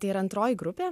tai yra antroji grupė